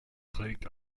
trägt